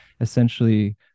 essentially